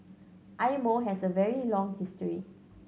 Eye Mo has a very long history